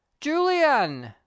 Julian